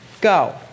go